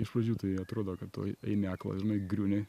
iš pradžių tai atrodo kad tu eini aklas žinai griūni